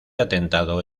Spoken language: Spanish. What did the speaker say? atentado